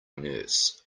nurse